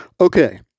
Okay